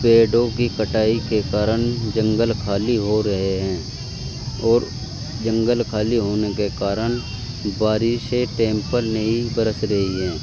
پیڑوں کی کٹائی کے کارن جنگل خالی ہو رہے ہیں اور جنگل خالی ہونے کے کارن بارش سے ٹیمپل نہیں برس رہی ہیں